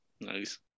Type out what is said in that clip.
Nice